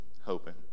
hoping